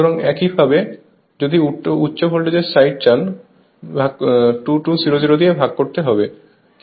সুতরাং একইভাবে যদি উচ্চ ভোল্টেজ সাইড চান ভাগ করতে পারেন 2200 দিয়ে